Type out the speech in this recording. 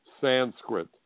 Sanskrit